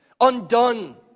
undone